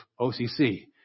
OCC